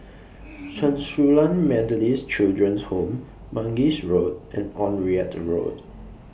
Chen Su Lan Methodist Children's Home Mangis Road and Onraet Road